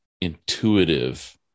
intuitive